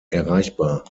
erreichbar